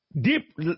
deep